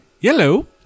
Yellow